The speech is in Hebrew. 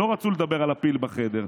כי לא רצו לדבר על הפיל בחדר,